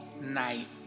night